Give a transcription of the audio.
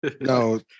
No